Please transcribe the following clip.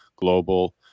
global